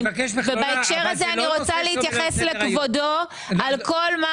אני רוצה להתייחס לכבודו על כל מה